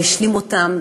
והשלים אותן,